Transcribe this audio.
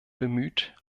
bemüht